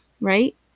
right